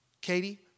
Katie